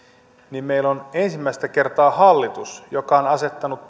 niin meillä on ensimmäistä kertaa hallitus joka on asettanut